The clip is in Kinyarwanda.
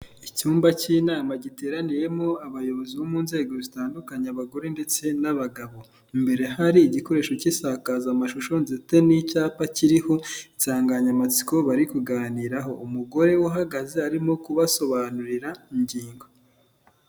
Icyumba cy'inama giteraniyemo abayobozi bo mu nzego zitandukanye abagore ndetse n'abagabo. Imbere hari igikoresho cy'isakazamashusho ndetse n'icyapa kiriho insanganyamatsiko bari kuganiraho. Umugore uhagaze arimo kubasobanurira ingingo.